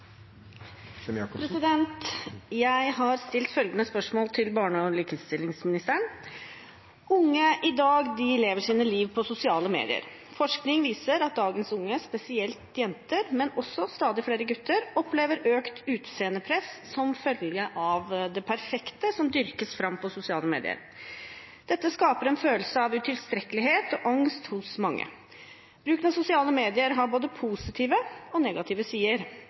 i dag lever sine liv på sosiale medier. Forskning viser at dagens unge, spesielt jenter, men også stadig flere gutter, opplever økt utseendepress som følge av «det perfekte» som dyrkes fram på sosiale medier. Dette skaper en følelse av utilstrekkelighet og angst hos mange. Bruken av sosiale medier har både positive og negative sider.